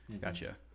Gotcha